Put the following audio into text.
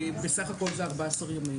שבסך הכול זה 14 ימים.